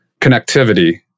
connectivity